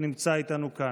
שנמצא איתנו כאן.